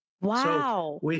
Wow